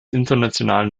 internationalen